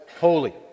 holy